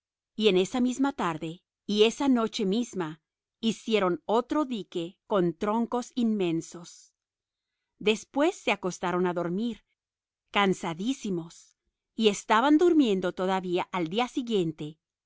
y en esa misma tarde y esa noche misma hicieron otro dique con troncos inmensos después se acostaron a dormir cansadísimos y estaban durmiendo todavía al día siguiente